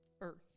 earth